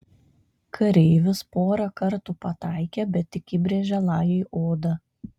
kareivis porą kartų pataikė bet tik įbrėžė lajui odą